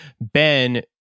Ben